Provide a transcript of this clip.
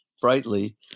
Brightly